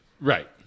Right